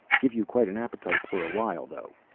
give you quite an appetite for a while though.